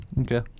Okay